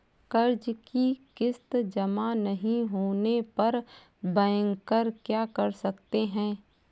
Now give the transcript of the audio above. कर्ज कि किश्त जमा नहीं होने पर बैंकर क्या कर सकते हैं?